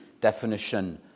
definition